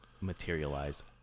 materialize